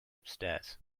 upstairs